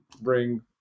bring